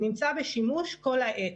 נמצא בשימוש כל העת.